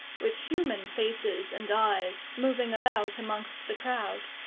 with human faces and eyes, moving about amongst the crowd.